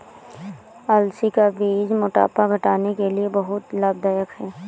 अलसी का बीज मोटापा घटाने के लिए बहुत लाभदायक है